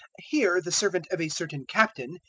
here the servant of a certain captain,